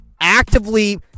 actively